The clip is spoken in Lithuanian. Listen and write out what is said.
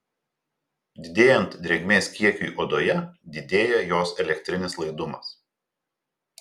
didėjant drėgmės kiekiui odoje didėja jos elektrinis laidumas